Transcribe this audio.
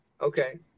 Okay